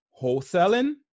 wholesaling